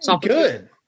Good